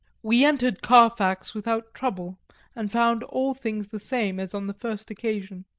we entered carfax without trouble and found all things the same as on the first occasion.